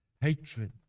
hatred